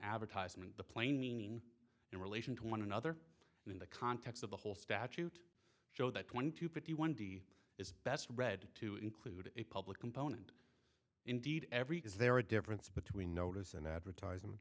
advertisement the plain meaning in relation to one another and in the context of the whole statute show that one to pretty one day is best read to include a public component indeed every is there a difference between notice and advertisement